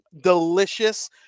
delicious